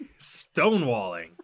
stonewalling